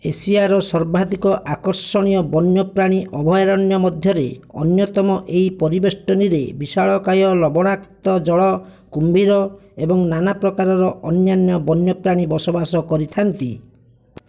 ଏସିଆର ସର୍ବାଧିକ ଆକର୍ଷଣୀୟ ବନ୍ୟପ୍ରାଣୀ ଅଭୟାରଣ୍ୟ ମଧ୍ୟରେ ଅନ୍ୟତମ ଏହି ପରିବେଷ୍ଟନୀରେ ବିଶାଳକାୟ ଲବଣାକ୍ତ ଜଳ କୁମ୍ଭୀର ଏବଂ ନାନାପ୍ରକାରର ଅନ୍ୟାନ୍ୟ ବନ୍ୟପ୍ରାଣୀ ବସବାସ କରିଥାନ୍ତି